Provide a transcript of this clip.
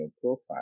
profile